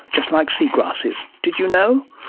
just like sea grasses. did you know?